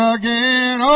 again